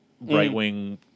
right-wing